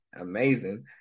amazing